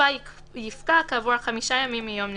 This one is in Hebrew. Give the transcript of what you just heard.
ותוקפה יפקע כעבור חמישה ימים מיום נתינתה,